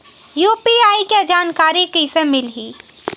UPI के जानकारी कइसे मिलही?